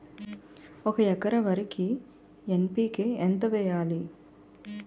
ఒక ఎకర వరికి ఎన్.పి.కే ఎంత వేయాలి?